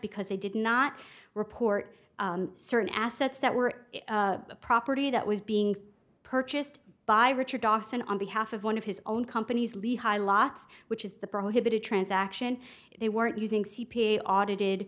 because they did not report certain assets that were the property that was being purchased by richard dawson on behalf of one of his own companies lehi lots which is the prohibited transaction they weren't using c p a audited